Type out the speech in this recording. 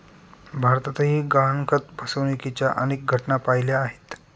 भारतातही गहाणखत फसवणुकीच्या अनेक घटना पाहिल्या आहेत